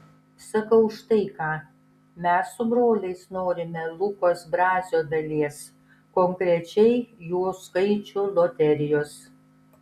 sakau štai ką mes su broliais norime lukos brazio dalies konkrečiai jo skaičių loterijos